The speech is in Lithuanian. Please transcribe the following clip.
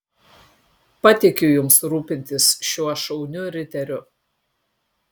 patikiu jums rūpintis šiuo šauniu riteriu